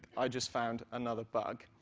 i just found another bug.